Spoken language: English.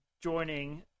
joining